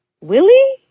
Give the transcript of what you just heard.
Willie